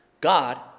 God